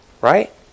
Right